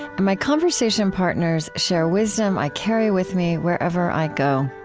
and my conversation partners share wisdom i carry with me wherever i go.